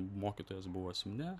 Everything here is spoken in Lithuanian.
mokytojas buvo simne